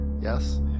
Yes